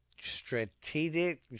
strategic